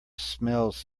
smells